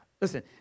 Listen